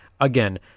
Again